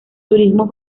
turismo